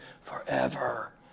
forever